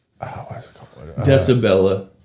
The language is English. Decibella